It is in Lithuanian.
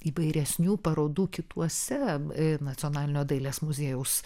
įvairesnių parodų kituose nacionalinio dailės muziejaus